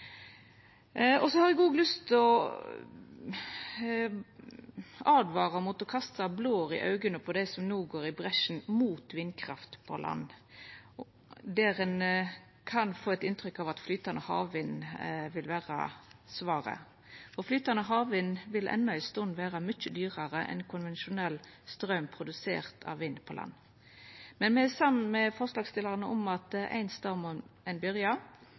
gang. Så har eg òg lyst til å åtvara mot å kasta blår i auga på dei som no går i bresjen mot vindkraft på land, der ein kan få eit inntrykk av at flytande havvind vil vera svaret. Flytande havvind vil endå ei stund vera mykje dyrare enn konvensjonell strøm produsert av vind på land. Men me er samde med forslagsstillarane i at ein stad må ein